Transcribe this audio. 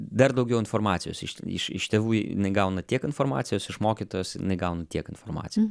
dar daugiau informacijos iš iš tėvų jinai gauna tiek informacijos iš mokytojos jinai gauna tiek informacijos